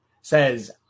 says